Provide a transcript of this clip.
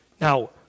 Now